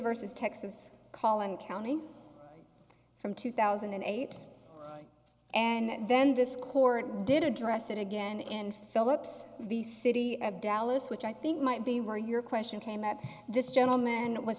versus texas calling county from two thousand and eight and then this court did address it again in phillips the city of dallas which i think might be where your question came this gentleman was